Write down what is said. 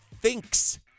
thinks